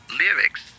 lyrics